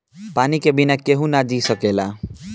पानी के बिना केहू ना जी सकेला